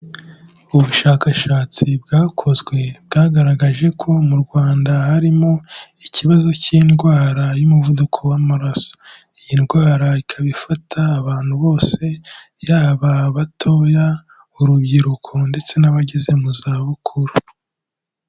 Ubushakashatsi bwakozwe bwagaragaje ko mu Rwanda harimo ikibazo cy'indwara y'umuvuduko w'amaraso, iyi ndwara ikaba ifata abantu bose yaba batoya, urubyiruko ndetse n'abageze mu zabukuru.